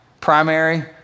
primary